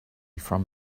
from